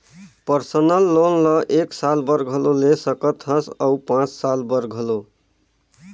personal loan ल एक साल बर घलो ले सकत हस अउ पाँच साल बर घलो